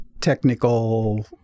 technical